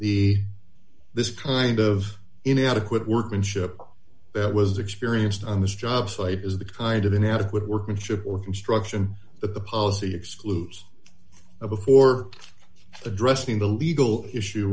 the this kind of inadequate workmanship that was experienced on this job site is the kind of inadequate workmanship or construction that the policy excludes before addressing the legal issue